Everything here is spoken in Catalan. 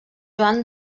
joan